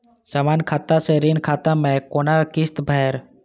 समान खाता से ऋण खाता मैं कोना किस्त भैर?